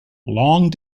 long